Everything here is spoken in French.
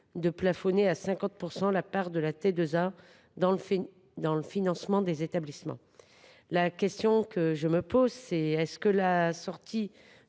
de plafonner à 50 % la part de la T2A dans le financement des établissements. La question que je me pose est la suivante : la sortie